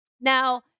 Now